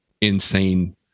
insane